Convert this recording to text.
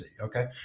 Okay